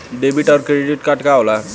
Debit और credit card का होला?